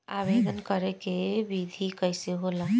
आवेदन करे के विधि कइसे होला?